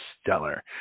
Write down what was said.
stellar